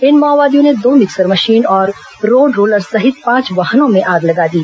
इन माओवादियों ने दो मिक्सर मशीन और रोड रोलर सहित पांच वाहनों में आग लगा दी